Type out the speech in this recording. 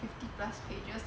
fifty plus pages